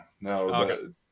no